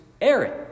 Aaron